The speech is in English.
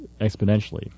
exponentially